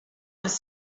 was